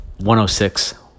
106